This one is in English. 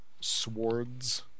swords